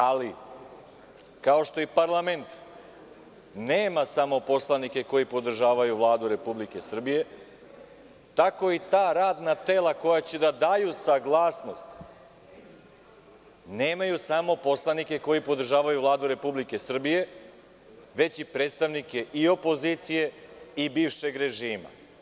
Ali, kao što i parlament nema samo poslanike koji podržavaju Vladu Republike Srbije, tako i ta radna tela koja će da daju saglasnost nemaju samo poslanike koji podržavaju Vladu Republike Srbije, već i predstavnike i opozicije i bivšeg režima.